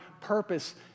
purpose